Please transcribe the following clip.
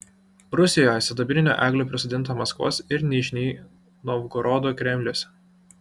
rusijoje sidabrinių eglių prisodinta maskvos ir nižnij novgorodo kremliuose